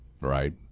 Right